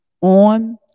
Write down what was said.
on